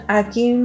aquí